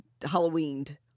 Halloweened